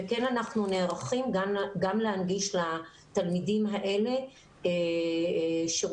וכן אנחנו נערכים גם להנגיש לתלמידים האלה שירותי